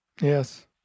yes